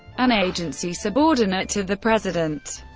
an agency subordinate to the president.